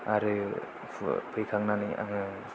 आरो फैखांनानै आङो